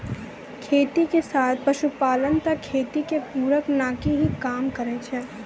खेती के साथ पशुपालन त खेती के पूरक नाकी हीं काम करै छै